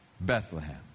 Bethlehem